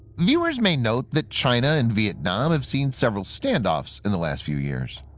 viewers may note that china and vietnam have seen several standoffs in the last few years.